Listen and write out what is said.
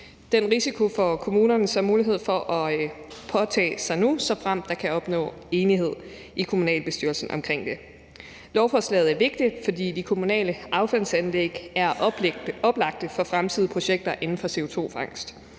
Den risiko får kommunerne så mulighed for at påtage sig nu, såfremt der kan opnås enighed i kommunalbestyrelsen omkring det. Lovforslaget er vigtigt, fordi de kommunale affaldsanlæg er oplagte for fremtidige projekter inden for CO2-fangst.